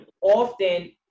often